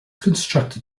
constructed